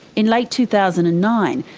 in late two thousand and nine,